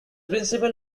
principle